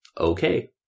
Okay